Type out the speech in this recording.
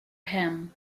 him